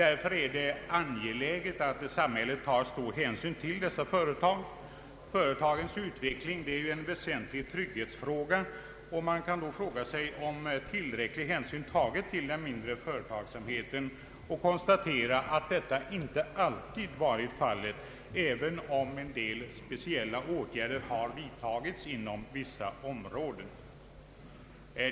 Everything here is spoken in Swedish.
Därför är det angeläget att samhället tar stor hänsyn till dessa företag. Företagens utveckling är en väsentlig trygghetsfaktor, och man kan fråga sig om tillräcklig hänsyn tagits till den mindre företagsamheten och konstatera att detta inte alltid varit fallet, även om en del speciella åtgärder har vidtagits inom vissa områden.